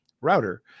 router